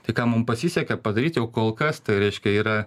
tai ką mum pasisekė padaryt jau kol kas tai reiškia yra